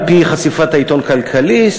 על-פי חשיפת העיתון "כלכליסט",